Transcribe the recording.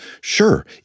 Sure